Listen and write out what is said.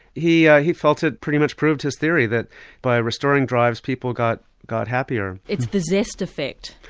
he ah he felt it pretty much proved his theory that by restoring drives people got got happier. it's the zest effect.